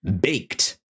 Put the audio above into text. baked